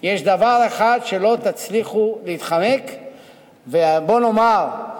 יש דבר שלא תצליחו להתחמק ממנו, ובוא נאמר,